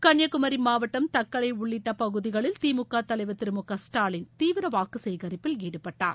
கன்னியாகுமரி மாவட்டம் தக்கலை உள்ளிட்ட பகுதிகளில் திமுக தலைவா் திரு மு க ஸ்டாலின் தீவிர வாக்கு சேகரிப்பில் ஈடுபட்டார்